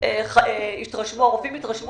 אני לא נתקלתי בתופעה כזאת שבה אנחנו מדברים פעם אחר פעם,